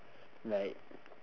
like